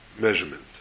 measurement